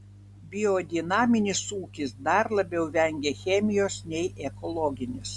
biodinaminis ūkis dar labiau vengia chemijos nei ekologinis